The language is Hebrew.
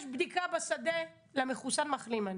יש בדיקה בשדה למחוסן/מחלים.